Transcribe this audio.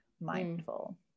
mindful